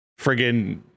friggin